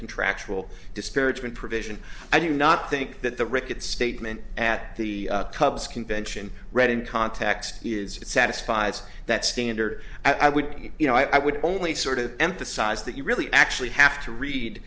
contractual disparagement provision i do not think that the ricketts statement at the cubs convention read in context is satisfies that standard i would you know i would only sort of emphasize that you really actually have to read